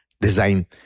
design